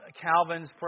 Calvin's